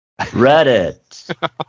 Reddit